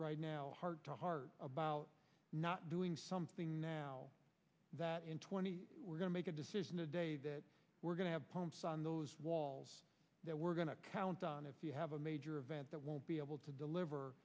right now hard to hard about not doing something now that in twenty we're going to make a decision today that we're going to have pumps on those walls that we're going to count on if you have a major event that won't be able to deliver